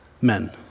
men